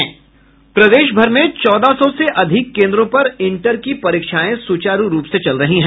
प्रदेशभर में चौदह सौ से अधिक केन्द्रों पर इंटर की परीक्षाएं सूचारू रूप से चल रही है